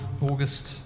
August